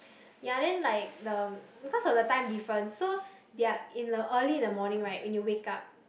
ya then like the because of the time difference so they are in the early in the morning right when you wake up